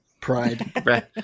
Pride